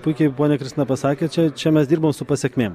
puikiai ponia kristina pasakė čia čia mes dirbam su pasekmėm